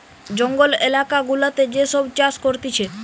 জঙ্গল এলাকা গুলাতে যে সব চাষ করতিছে